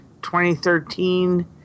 2013